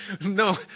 No